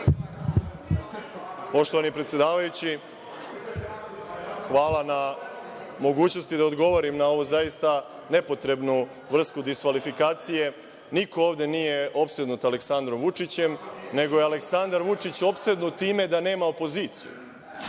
Poštovani predsedavajući, hvala na mogućnosti da odgovorim na ovu zaista nepotrebnu vrstu diskvalifikacije. Niko ovde nije opsednut Aleksandrom Vučićem, nego je Aleksandar Vučić opsednut time da nema opozicije.